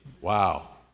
Wow